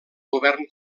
govern